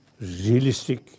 realistic